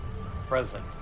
present